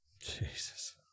Jesus